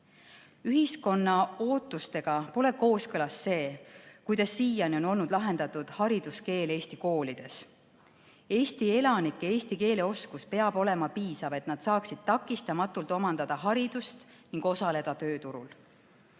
Ühiskonna ootustega pole kooskõlas see, kuidas siiani on olnud lahendatud hariduskeel Eesti koolides. Eesti elanike eesti keele oskus peab olema piisav, et nad saaksid takistamatult omandada haridust ning osaleda tööturul.